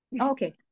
Okay